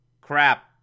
crap